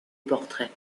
portrait